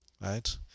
right